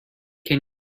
can